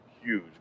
huge